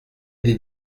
des